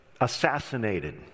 assassinated